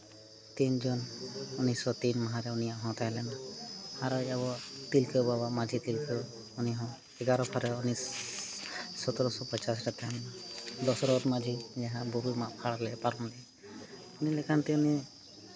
ᱛᱤᱱ ᱡᱩᱱ ᱩᱱᱤᱥᱥᱚ ᱛᱤᱱ ᱢᱟᱦᱟᱨᱮ ᱩᱱᱤᱭᱟᱜ ᱦᱚᱸ ᱛᱟᱦᱮᱸ ᱞᱮᱱᱟ ᱟᱨᱚᱭᱤᱡ ᱟᱵᱚ ᱛᱤᱞᱠᱟᱹ ᱵᱟᱵᱟ ᱢᱟᱹᱡᱷᱤ ᱛᱤᱞᱠᱟᱹ ᱩᱱᱤ ᱦᱚᱸ ᱮᱜᱟᱨᱚ ᱛᱟᱹᱨᱤᱠᱷ ᱩᱱᱤᱥ ᱥᱚᱛᱨᱚ ᱥᱚ ᱯᱚᱪᱟᱥ ᱨᱮ ᱛᱟᱦᱮᱱ ᱫᱚᱥᱚᱨᱚᱛᱷ ᱢᱟᱹᱡᱷᱤ ᱡᱟᱦᱟᱸ ᱵᱩᱨᱩᱭ ᱢᱟᱜ ᱯᱷᱟᱠ ᱞᱮᱜ ᱯᱟᱨᱚᱢ ᱞᱮᱫ ᱩᱱᱤ ᱞᱮᱠᱟᱱ ᱛᱮ ᱩᱱᱤ